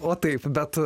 o taip bet